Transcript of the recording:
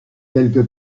quelque